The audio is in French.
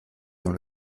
dans